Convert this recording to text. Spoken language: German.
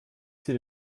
sie